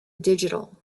digital